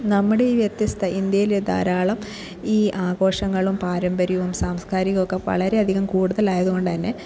നമ്മുടെ ഈ വ്യത്യസ്ത ഇന്ത്യയിൽ ധാരാളം ഈ ആഘോഷങ്ങളും പാരമ്പര്യവും സാംസ്കാരികവുമൊക്കെ വളരെയധികം കൂടുതലായതുകൊണ്ടുതന്നെ